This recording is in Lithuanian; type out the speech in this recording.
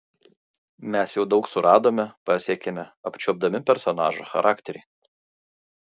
mes jau daug suradome pasiekėme apčiuopdami personažo charakterį